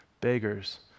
beggars